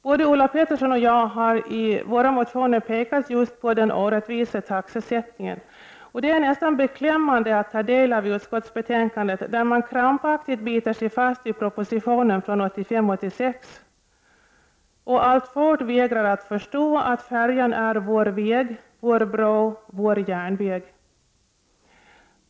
Både Ulla Pettersson och jag har i våra motioner pekat just på den orättvisa taxesättningen, och det är nästan beklämmande att ta del av utskottsbetänkandet, där man krampaktigt biter sig fast vid propositionen från 1985/86 och alltfort vägrar att förstå att färjan är vår väg, vår bro och vår järnväg.